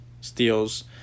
steals